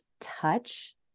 touch